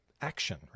action